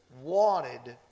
wanted